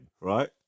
right